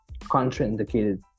contraindicated